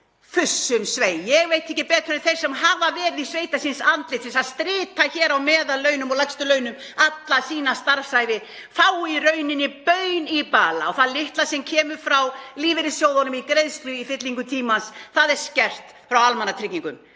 Fussum svei. Ég veit ekki betur en að þeir sem hafa í sveita síns andlitis stritað á meðallaunum og lægstu launum alla sína starfsævi fái í rauninni baun í bala. Og það litla sem kemur frá lífeyrissjóðunum í greiðslu í fyllingu tímans er skert frá almannatryggingum.